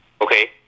Okay